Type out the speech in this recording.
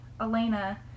Elena